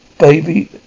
baby